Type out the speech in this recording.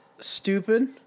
stupid